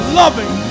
loving